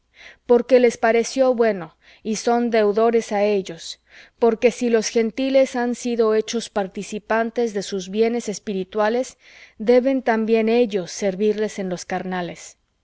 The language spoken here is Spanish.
porque les pareció bueno y son deudores á ellos porque si los gentiles han sido hechos participantes de sus bienes espirituales deben también ellos servirles en los carnales